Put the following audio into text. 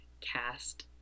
cast